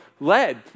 led